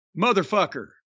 motherfucker